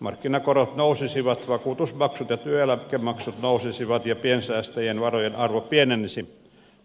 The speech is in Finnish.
markkinakorot nousisivat vakuutusmaksut ja työeläkemaksut nousisivat ja piensäästäjien varojen arvo pienisi